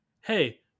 hey